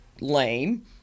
lame